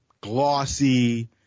glossy